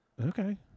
Okay